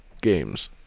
game's